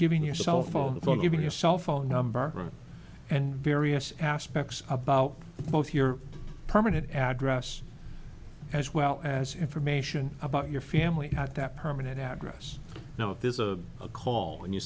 giving your cell phone the phone even your cell phone number and various aspects about both your permanent address as well as information about your family you have that permanent address know if there's a call and you